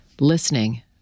Listening